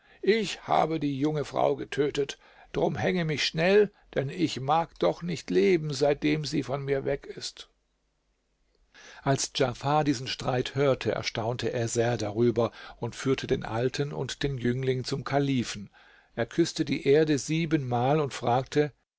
ich habe die junge frau getötet drum hänge mich schnell denn ich mag doch nicht leben seitdem sie von mir weg ist als djafar diesen streit hörte erstaunte er sehr darüber und führte den alten und den jüngling zum kalifen er küßte die erde siebenmal und fragte